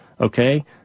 Okay